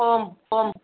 खम खम